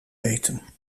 eten